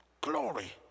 Glory